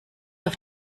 auf